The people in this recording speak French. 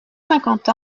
cinquante